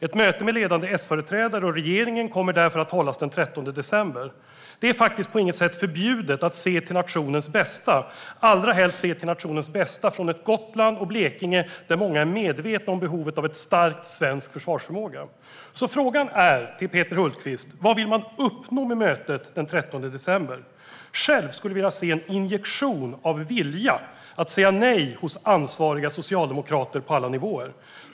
Ett möte mellan ledande Sföreträdare och regeringen kommer därför att hållas den 13 december. Det är faktiskt på inget sätt förbjudet att se till nationens bästa, allrahelst från Gotland och Blekinge, där många är medvetna om behovet av en stark svensk försvarsförmåga. Frågan till Peter Hultqvist är: Vad vill man uppnå med mötet den 13 december? Själv skulle jag vilja se en injektion av vilja att säga nej hos ansvariga socialdemokrater på alla nivåer.